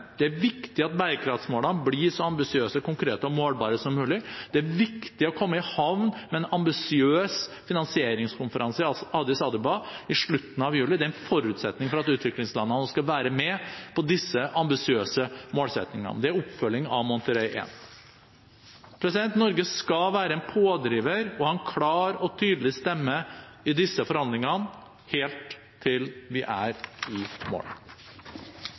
Det er viktig at bærekraftmålene blir så ambisiøse, konkrete og målbare som mulig. Det er viktig å komme i havn med en ambisiøs finansieringskonferanse i Addis Abeba i slutten av juli – det er en forutsetning for at utviklingslandene skal være med på disse ambisiøse målsettingene. Det er oppfølging av «Monterrey 1». Norge skal være en pådriver og ha en klar og tydelig stemme i disse forhandlingene, helt til vi er i